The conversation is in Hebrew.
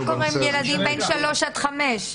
מה קורה עם ילדים בגיל 3 עד 5?